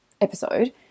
episode